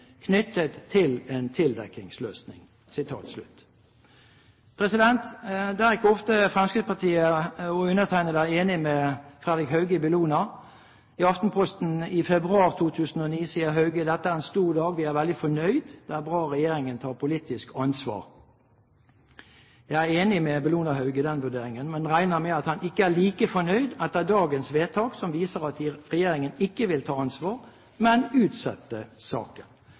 knyttet til en tildekkingsløsning.» Det er ikke ofte Fremskrittspartiet og undertegnede er enig med Frederic Hauge i Bellona. I Aftenposten i januar 2009 sier Hauge: «Vi er veldig fornøyd, det er en stor dag. Det er bra at regjeringen tar det politiske ansvaret.» Jeg er enig med Bellona-Hauge i den vurderingen, men regner med at han ikke er like fornøyd etter dagens vedtak, som viser at regjeringen ikke vil ta ansvar, men utsette saken.